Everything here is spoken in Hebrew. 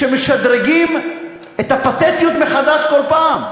שמשדרגים את הפתטיות מחדש כל פעם.